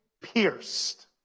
pierced